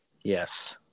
Yes